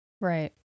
right